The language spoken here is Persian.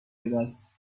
وگاس